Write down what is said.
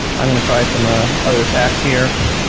i'm going to try some ah other attacks here.